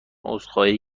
عذرخواهی